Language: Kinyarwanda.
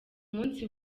munsi